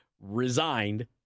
resigned